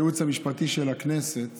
הייעוץ המשפטי של הכנסת